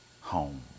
home